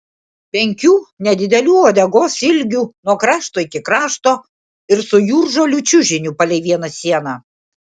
penkių nedidelių uodegos ilgių nuo krašto iki krašto ir su jūržolių čiužiniu palei vieną sieną